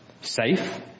Safe